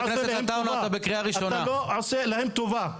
--- אתה לא עושה להם טובה.